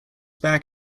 back